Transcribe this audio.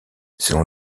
selon